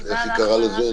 איך היא קראה לזה?